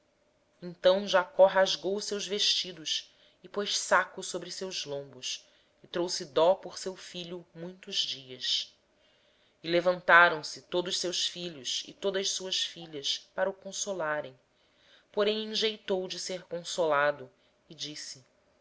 então jacó rasgou as suas vestes e pôs saco sobre os seus lombos e lamentou seu filho por muitos dias e levantaram-se todos os seus filhos e todas as suas filhas para o consolarem ele porém recusou ser consolado e disse